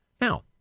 Now